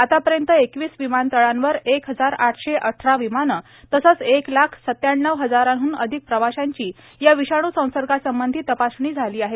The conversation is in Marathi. आतापर्यंत एकवीस विमानतळांवर एक हजार आठशे अठरा विमानं तसंच एक लाख सत्त्याण्णव हजारांहन अधिक प्रवाशांची या विषाणू संसर्गासंबंधी तपासणी झाली आहे